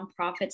nonprofits